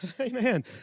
Amen